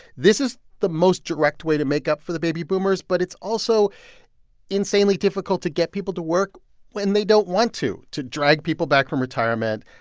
this is the most direct way to make up for the baby boomers. but it's also insanely difficult to get people to work when they don't want to, to drag people back from retirement.